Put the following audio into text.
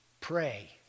Pray